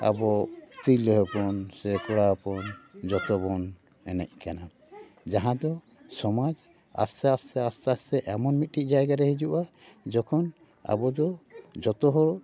ᱟᱵᱚ ᱴᱤᱨᱞᱟᱹ ᱦᱚᱯᱚᱱ ᱠᱚᱲᱟ ᱦᱚᱯᱚᱱ ᱡᱚᱛᱚ ᱵᱚᱱ ᱮᱱᱮᱡ ᱠᱟᱱᱟ ᱡᱟᱦᱟᱸ ᱫᱚ ᱥᱟᱢᱟᱡ ᱟᱥᱛᱮ ᱟᱥᱛᱮ ᱟᱥᱛᱮ ᱟᱥᱛᱮ ᱮᱢᱚᱱ ᱢᱤᱫᱴᱤᱡ ᱡᱟᱭᱜᱟ ᱨᱮ ᱦᱤᱡᱩᱜᱼᱟ ᱡᱚᱠᱷᱚᱱ ᱟᱵᱚ ᱫᱚ ᱡᱚᱛᱚ ᱦᱚᱲ